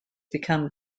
become